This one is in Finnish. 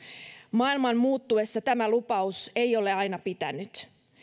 maailman muuttuessa tämä lupaus ei ole aina pitänyt